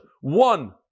One